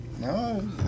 No